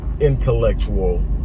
intellectual